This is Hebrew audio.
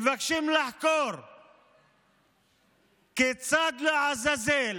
מבקשים לחקור כיצד, לעזאזל,